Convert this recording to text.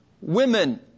women